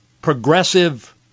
progressive